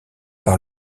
par